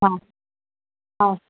हां हां